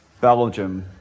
Belgium